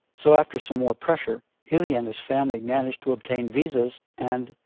so after some more pressure, ilya and his family managed to obtain visas and,